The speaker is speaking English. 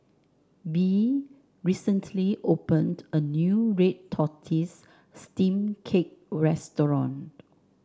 Bea recently opened a new Red Tortoise Steamed Cake restaurant